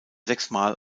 sechsmal